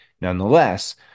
Nonetheless